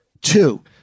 Two